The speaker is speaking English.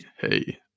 hey